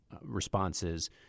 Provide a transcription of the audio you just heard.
responses